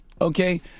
okay